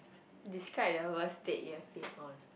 describe the worst state you had been on